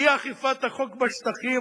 אי-אכיפת החוק בשטחים,